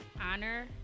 honor